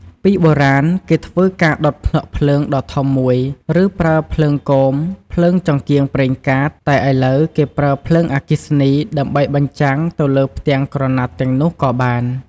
ពីបុរាណគេធ្វើការដុតភ្នក់ភ្លើងដ៏ធំមួយ ឬប្រើភ្លើងគោម ភ្លើងចង្កៀងប្រេងកាត តែឥឡូវគេប្រើភ្លើងអគ្គិសនីដើម្បីបញ្ចាំងទៅលើផ្ទាំងក្រណាត់ទាំងនោះក៏បាន។